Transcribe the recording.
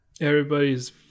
Everybody's